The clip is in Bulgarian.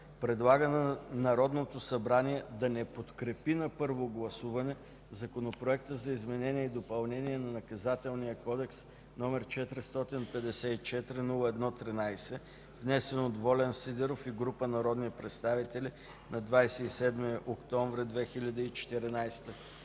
предлага на Народното събрание да не подкрепи на първо гласуване Законопроект за изменение и допълнение на Наказателния кодекс, № 454-01-13, внесен от Волен Сидеров и група народни представители на 27 октомври 2014